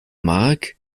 mark